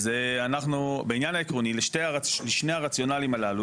אז בעניין העקרוני לשני הרציונלים הללו